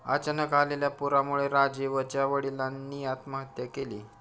अचानक आलेल्या पुरामुळे राजीवच्या वडिलांनी आत्महत्या केली